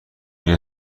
این